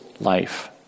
life